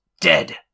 dead